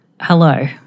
Hello